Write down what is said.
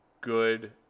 good